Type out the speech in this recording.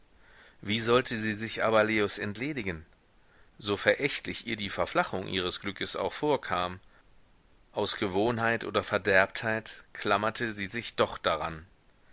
wie sollte sie sich aber leos entledigen so verächtlich ihr die verflachung ihres glückes auch vorkam aus gewohnheit oder verderbtheit klammerte sie sich doch daran